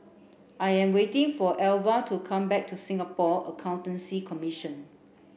I am waiting for Alvia to come back from Singapore Accountancy Commission